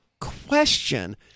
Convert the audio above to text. question